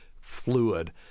fluid